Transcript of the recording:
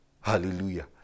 Hallelujah